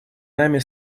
нами